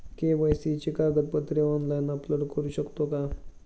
KYC ची कागदपत्रे online upload करू शकतो का?